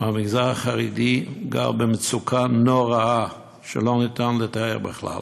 במגזר החרדי גר במצוקה נוראה, שלא ניתן לתאר בכלל.